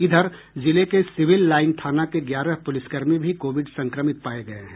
इधर जिले के सिविल लाईन थाना के ग्यारह पुलिसकर्मी भी कोविड संक्रमित पाये गये हैं